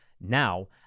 Now